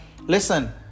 listen